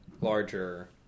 larger